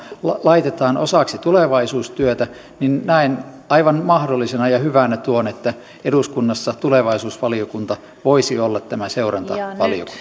laitetaan osaksi tulevaisuustyötä niin näen aivan mahdollisena ja hyvänä tuon että eduskunnassa tulevaisuusvaliokunta voisi olla tämä seurantavaliokunta